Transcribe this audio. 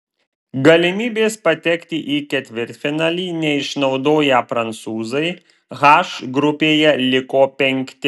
galimybės patekti į ketvirtfinalį neišnaudoję prancūzai h grupėje liko penkti